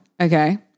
Okay